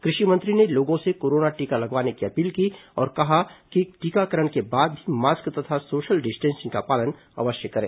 कृषि मंत्री ने लोगों से कोरोना टीका लगवाने की अपील की और कहा कि टीकाकरण के बाद भी मास्क तथा सोशल डिस्टेंसिंग का पालन अवश्य करें